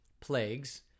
plagues